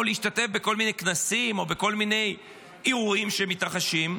או להשתתף בכל מיני כנסים או בכל מיני אירועים שמתרחשים.